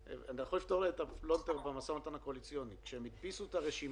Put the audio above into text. אנחנו חוששים שאותה תבנית של החלוקה תהיה ב-2.7